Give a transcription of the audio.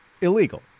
illegal